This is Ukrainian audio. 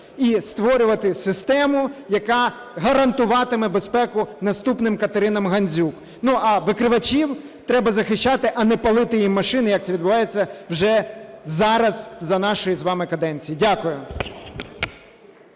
і створювати систему, яка гарантуватиме безпеку наступним Катеринам Гандзюк. А викривачів треба захищати, а не палити їм машини, як це відбувається вже зараз, за нашої з вами каденції. Дякую.